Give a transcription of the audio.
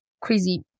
crazy